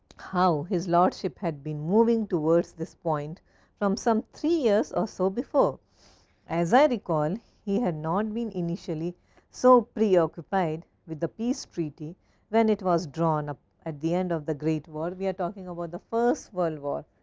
how his lordship had been moving towards this point from some three years of. so, before as i recall he had not been initially so preoccupied preoccupied with the peace treaty when it was drawn up at the end of the great war. we are talking about the first world war,